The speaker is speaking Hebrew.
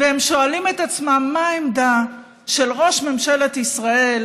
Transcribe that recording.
והם שואלים את עצמם מה העמדה של ראש ממשלת ישראל,